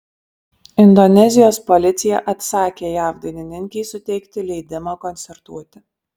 indonezijos policija atsakė jav dainininkei suteikti leidimą koncertuoti